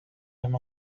him